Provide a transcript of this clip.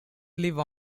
live